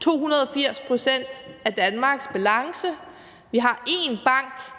280 pct. af Danmarks balance, og vi har én bank,